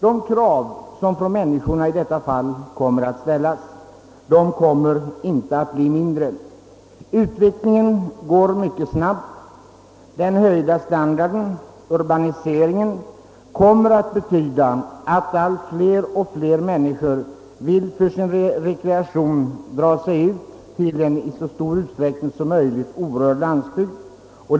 De krav som kan förväntas i framtiden kommer inte att bli mindre. Utvecklingen går mycket snabbt. Bland annat den höjda levnads standarden och urbaniseringen kommer att medföra att allt fler människor för sin rekreation söker sig ut till landsbygden, där det i så stor utsträckning som möjligt behöver finnas orörda områden.